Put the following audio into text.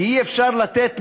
כי אי-אפשר לתת משרד,